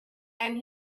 and